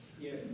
Yes